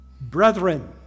Brethren